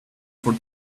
for